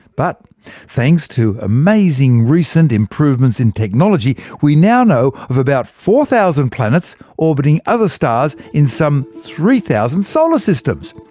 but thanks to amazing recent improvements in technology, we now know of about four thousand planets orbiting other stars in some three thousand solar systems!